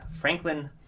Franklin